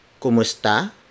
Kumusta